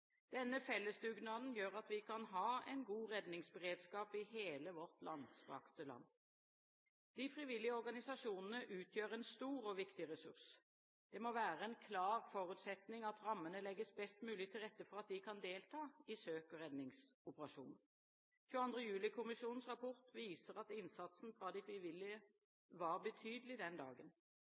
Denne fellesdugnaden gjør at vi kan ha en god redningsberedskap i hele vårt langstrakte land. De frivillige organisasjonene utgjør en stor og viktig ressurs. Det må være en klar forutsetning at rammene legges best mulig til rette for at de kan delta i søk- og redningsoperasjoner. 22. juli-kommisjonens rapport viser at innsatsen fra de frivillige var betydelig den dagen.